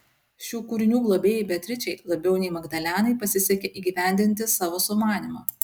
šių kūrinių globėjai beatričei labiau nei magdalenai pasisekė įgyvendinti savo sumanymą